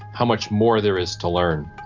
how much more there is to learn.